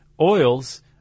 Oils